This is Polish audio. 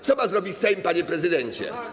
Co ma zrobić Sejm, panie prezydencie?